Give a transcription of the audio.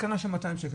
התקנה של 200 שקל.